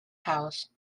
house